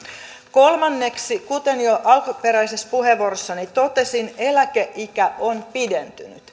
kolmanneksi kuten jo alkuperäisessä puheenvuorossani totesin eläkeikä on pidentynyt